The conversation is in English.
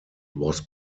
was